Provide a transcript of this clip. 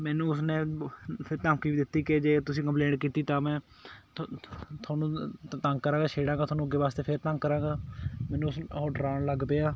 ਮੈਨੂੰ ਉਸ ਨੇ ਫਿਰ ਧਮਕੀ ਵੀ ਦਿੱਤੀ ਕਿ ਜੇ ਤੁਸੀਂ ਕੰਪਲੇਂਟ ਕੀਤੀ ਤਾਂ ਮੈਂ ਤੁਹਾਨੂੰ ਤੰਗ ਕਰਾਂਗਾ ਛੇੜਾਂਗਾ ਤੁਹਾਨੂੰ ਅੱਗੇ ਵਾਸਤੇ ਫਿਰ ਤੰਗ ਕਰਾਂਗਾ ਮੈਨੂੰ ਉਸ ਉਹ ਡਰਾਉਣ ਲੱਗ ਪਿਆ